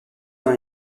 dans